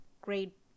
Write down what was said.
great